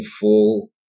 full